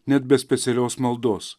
net be specialios maldos